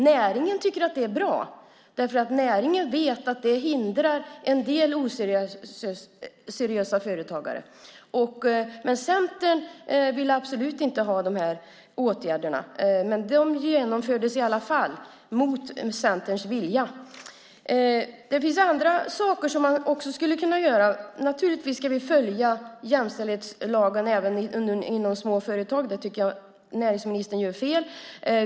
Näringen tycker att det är bra eftersom näringen vet att det hindrar en del oseriösa företagare. Centern ville inte ha dessa åtgärder, men de genomfördes i alla fall, mot Centerns vilja. Det finns andra saker som man också skulle kunna göra. Naturligtvis ska även småföretagen följa jämställdhetslagen. Jag tycker att näringsministern gör fel.